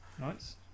Nice